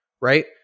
right